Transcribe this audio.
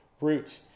root